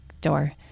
door